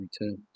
returns